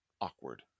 awkward